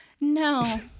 no